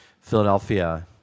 Philadelphia